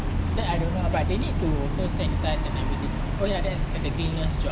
that [one] I don't know ah but they need to also sanitise and everything oh ya that's cleaner job